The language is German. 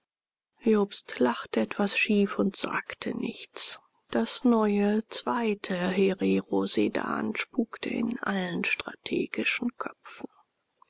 jobst lachte etwas schief und sagte nichts das neue zweite herero sedan spukte in allen strategischen köpfen